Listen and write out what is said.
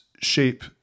shape